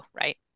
right